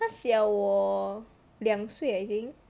她小我两岁 I think